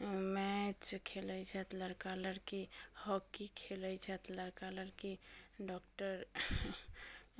match खेलैत छथि लड़का लड़की हॉकी खेलैत छथि लड़का लड़की डॉक्टर